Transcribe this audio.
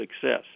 success